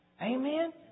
Amen